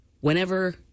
whenever